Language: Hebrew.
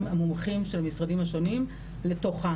המומחים של המשרדים השונים לתוכה.